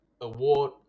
award